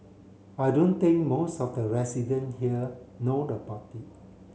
I don't think most of the resident here know about it